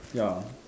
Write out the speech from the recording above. ya